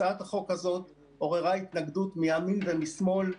הצעת החוק הזאת עוררה התנגדות מימין ומשמאל,